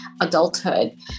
adulthood